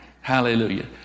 Hallelujah